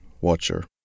watcher